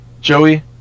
Joey